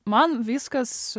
man viskas